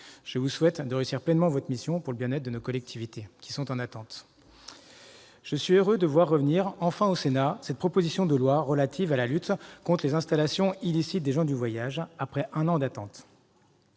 Je vous souhaite de réussir pleinement votre mission pour le bien-être de nos collectivités, vous savez qu'elles attendent beaucoup ! Je suis heureux de voir- enfin -revenir au Sénat cette proposition de loi relative à la lutte contre les installations illicites des gens du voyage, après un an d'attente.